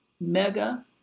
mega